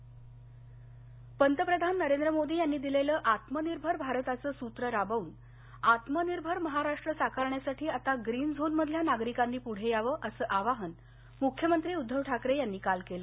मुख्यमंत्री पंतप्रधान नरेंद्र मोदी यांनी दिलेलं आत्मनिर्भर भारताचं सूत्र राबवून आत्मनिर्भर महाराष्ट्र साकारण्यासाठी आता ग्रीन झोनमधल्या नागरिकांनी पुढे यावं असं आवाहन मुख्यमंत्री उद्घव ठाकरे यांनी काल केलं